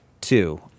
two